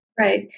Right